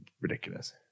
ridiculous